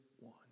one